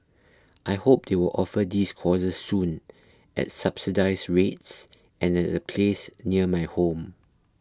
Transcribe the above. I hope they will offer these courses soon at subsidised rates and at a place near my home